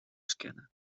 scannen